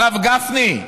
הרב גפני,